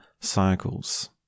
cycles